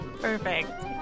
Perfect